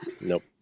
Nope